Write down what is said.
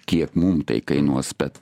kiek mum tai kainuos bet